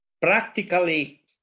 practically